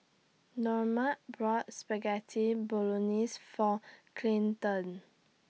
Normand bought Spaghetti Bolognese For Clinton